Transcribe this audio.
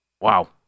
Wow